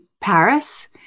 Paris